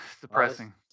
Depressing